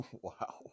Wow